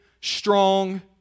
strong